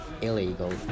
illegal